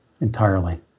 entirely